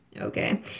Okay